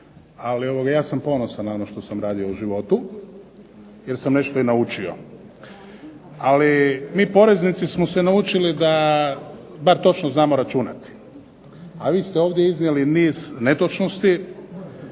ali ja sam ponosan na ono što sam radio u životu, jer sam nešto i naučio. Ali mi poreznici smo se naučili da bar točno znamo računati, a vi ste ovdje iznijeli niz netočnosti.